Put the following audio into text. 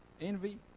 envy